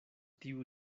tiu